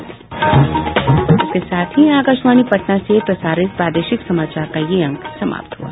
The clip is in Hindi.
इसके साथ ही आकाशवाणी पटना से प्रसारित प्रादेशिक समाचार का ये अंक समाप्त हुआ